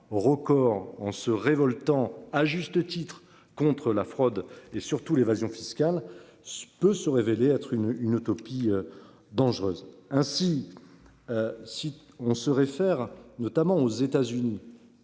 record en se révoltant à juste titre contre la fraude et surtout l'évasion fiscale se peut se révéler être une une utopie. Dangereuse ainsi. Si on se réfère notamment aux États-Unis.